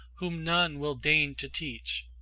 whom none will deign to teach,